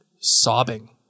sobbing